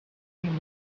came